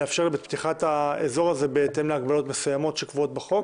לאפשר את פתיחת האזור הזה בהתאם להגבלות מסוימות שקבועות בחוק.